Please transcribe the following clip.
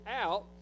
out